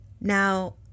Now